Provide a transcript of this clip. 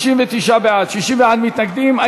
59 בעד, 61 מתנגדים.